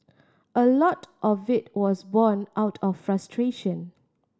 a lot of it was born out of frustration